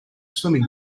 swimming